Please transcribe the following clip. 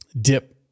dip